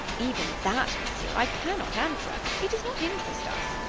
even that, monsieur, i cannot answer. it does not interest us.